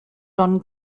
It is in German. don